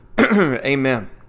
Amen